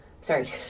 sorry